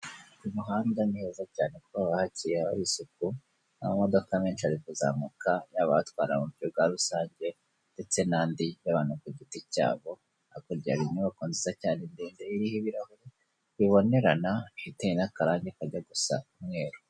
Mu muhanda ni heza cyane kuko haba hakeye hari isuku. n'amodoka menshi ari kuzamuka, yaba atwara mu buryo bwa rusange, ndetse n'andi y'abantu ku giti cyabo. Hakurya hari inyubako nziza cyane ndende iriho ibirahure bibonerana, itewe n'akarangi kajya gusa umweru.